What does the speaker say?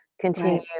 continue